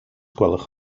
gwelwch